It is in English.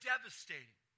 devastating